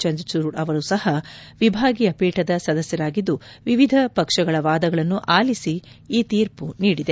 ಚಂದ್ರಚೂಡ್ ಅವರು ಸಹ ವಿಭಾಗೀಯ ಪೀಠದ ಸದಸ್ಯರಾಗಿದ್ದು ವಿವಿಧ ಪಕ್ಷಗಳ ವಾದಗಳನ್ನು ಆಲಿಸಿ ಈ ತೀರ್ಮ ನೀಡಿದೆ